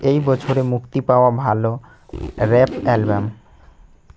এই বছরে মুক্তি পাওয়া ভালো র্যাপ অ্যালবাম